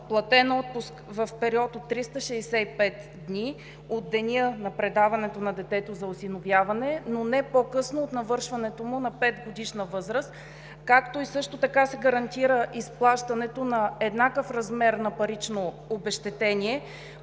платен отпуск в период от 365 дни от деня на предаването на детето за осиновяване, но не по-късно от навършването му на 5-годишна възраст. Също така се гарантира изплащането на еднакъв размер на парично обезщетение,